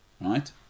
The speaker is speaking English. right